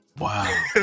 Wow